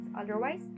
otherwise